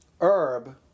herb